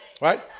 Right